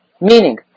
Meaning